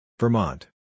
Vermont